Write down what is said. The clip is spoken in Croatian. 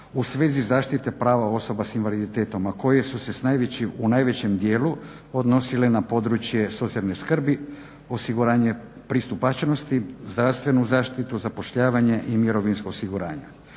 u svezi zaštite prava osoba s invaliditetom, a koje su se u najvećem dijelu odnosile ne područje socijalne skrbi, osiguranje pristupačnosti, zdravstvenu zaštitu, zapošljavanje i mirovinsko osiguranje.